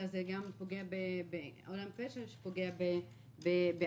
אלא גם עולם פשע שפוגע באנשים.